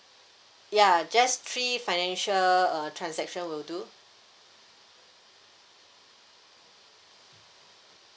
ya just three financial uh transaction will do